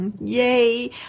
yay